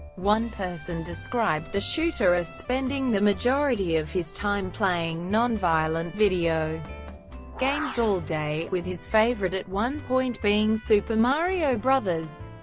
one person described the shooter as spending the majority of his time playing non-violent video games all day, with his favorite at one point being super mario bros.